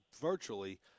virtually